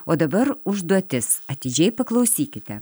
o dabar užduotis atidžiai paklausykite